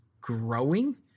growing